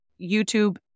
YouTube